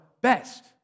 best